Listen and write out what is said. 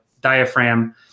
diaphragm